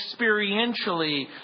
experientially